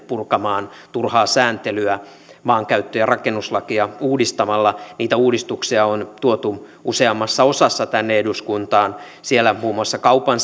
purkamaan turhaa sääntelyä maankäyttö ja rakennuslakia uudistamalla niitä uudistuksia on tuotu useammassa osassa tänne eduskuntaan siellä muun muassa kaupan